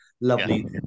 lovely